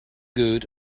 good